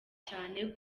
cyane